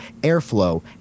airflow